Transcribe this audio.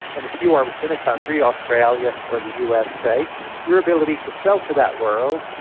and if you are within a country australia or the us, say your ability to sell to that world,